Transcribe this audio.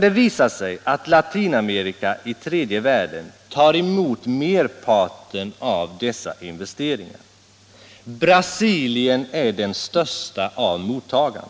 Det visar sig att Latinamerika i tredje världen tar emot merparten av dessa investeringar. Brasilien är den största av mottagarna.